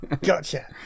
gotcha